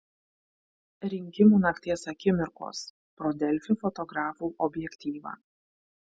rinkimų nakties akimirkos pro delfi fotografų objektyvą